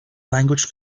language